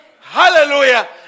Hallelujah